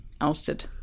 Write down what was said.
ousted